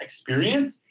experience